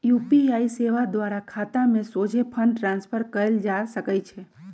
UPI सेवा द्वारा खतामें सोझे फंड ट्रांसफर कएल जा सकइ छै